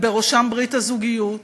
ובראשם ברית הזוגיות,